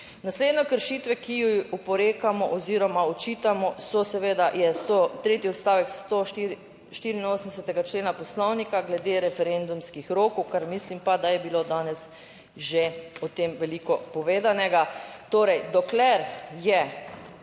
Naslednje kršitve, ki ji oporekamo oziroma očitamo je tretji odstavek 184. člena poslovnika glede referendumskih rokov, kar mislim pa, da je bilo danes. Že o tem veliko povedanega. Torej, dokler je